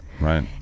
right